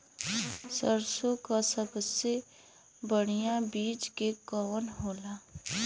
सरसों क सबसे बढ़िया बिज के कवन होला?